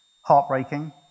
heartbreaking